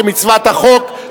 כמצוות החוק,